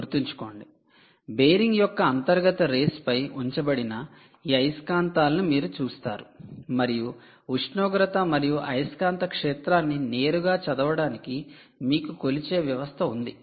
గుర్తుంచుకోండి బేరింగ్ యొక్క అంతర్గత రేస్ పై ఉంచబడిన ఈ అయస్కాంతాలను మీరు చూస్తారు మరియు ఉష్ణోగ్రత మరియు అయస్కాంత క్షేత్రాన్ని నేరుగా చదవడానికి మీకు కొలిచే వ్యవస్థ ఉంది